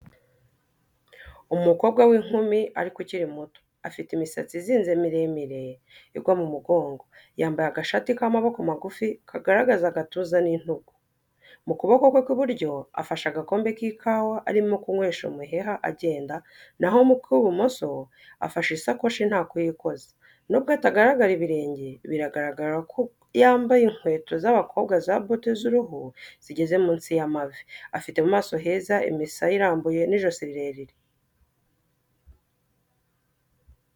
Umukobwa w'inkumi ariko ukiri muto. Afite imisatsi izinze miremire igwa mu mugongo. Yambaye agashati k'amaboko magufi kagaragaza agatuza n'intugu. Mu kuboko kwe kw'iburyo afashe agakombe k'ikawa arimo kunywesha umuheha agenda, na ho mu kw'ibumoso afashe isakoshi nta kuyikoza. Nubwo atagaragara ibirenge, biragaragara ko yambaye inkweto z'abakobwa za bote z'uruhu zigeze munsi y'amavi. Afite mu maso heza, imisaya irambuye n'ijosi rirerire.